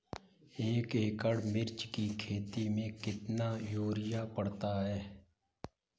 एक एकड़ मिर्च की खेती में कितना यूरिया पड़ता है?